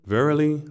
Verily